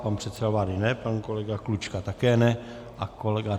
Pan předseda vlády ne, pan kolega Klučka také ne a kolega